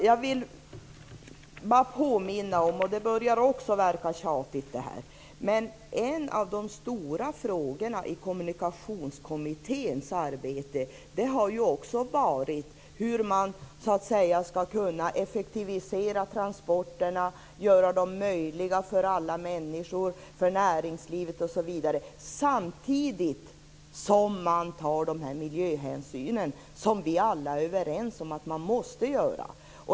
Jag vill bara påminna om, och det börjar också verka tjatigt, att en av de stora frågorna i Kommunikationskommitténs arbete har varit hur man skall kunna effektivisera transporterna, göra dem möjliga för alla människor, för näringslivet osv. samtidigt som man tar den miljöhänsyn som vi alla är överens om att man måste göra.